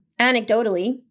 Anecdotally